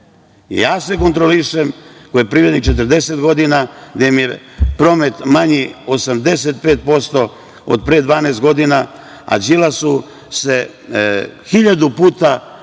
Ja se kontrolišem, koji sam privrednik 40 godina, gde mi je promet manji 85% od pre 12 godina, a Đilasu se hiljadu puta